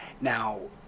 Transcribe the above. Now